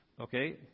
Okay